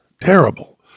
terrible